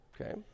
Okay